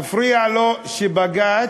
מפריע לו שבג"ץ